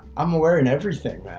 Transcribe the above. i'm wearing everything, man.